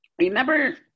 remember